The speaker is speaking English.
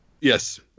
Yes